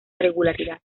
regularidad